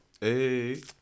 Hey